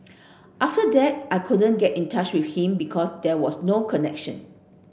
after that I couldn't get in touch with him because there was no connection